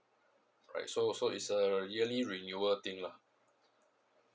right so so it's a yearly renewal thing lah